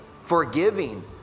Forgiving